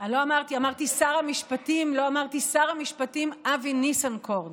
אני לא אמרתי "שר המשפטים אבי ניסנקורן".